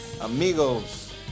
amigos